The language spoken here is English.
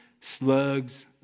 Slugs